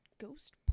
ghost